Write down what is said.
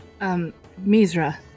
Misra